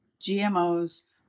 GMOs